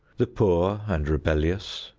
the poor and rebellious,